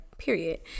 Period